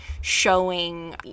showing